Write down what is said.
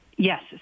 Yes